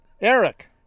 Eric